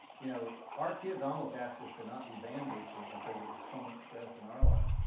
you know, our kids almost ask us to not be band boosters because it was so much stress in our life.